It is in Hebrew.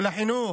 של החינוך,